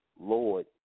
Lord